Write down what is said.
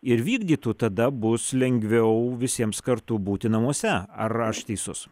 ir vykdytų tada bus lengviau visiems kartu būti namuose ar aš teisus